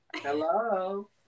Hello